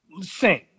sing